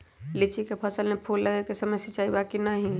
लीची के फसल में फूल लगे के समय सिंचाई बा कि नही?